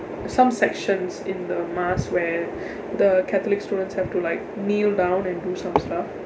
some sections in the mass where the catholics students have to like kneel down and do some stuff